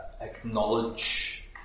acknowledge